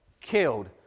killed